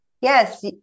Yes